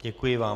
Děkuji vám.